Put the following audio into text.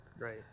Right